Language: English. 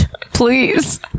Please